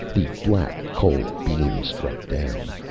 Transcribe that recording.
the black cold beam struck down.